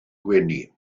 gwenu